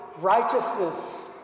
righteousness